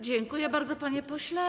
Dziękuję bardzo, panie pośle.